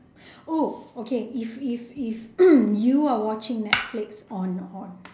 oh okay if if if you are watching netflix on on